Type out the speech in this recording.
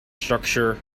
structure